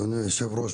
אדוני היושב-ראש,